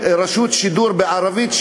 רשות שידור בערבית,